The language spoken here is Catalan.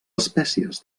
espècies